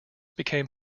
become